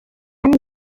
anni